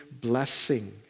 blessing